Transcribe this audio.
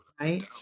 Right